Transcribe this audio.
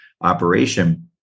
operation